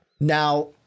Now